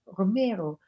Romero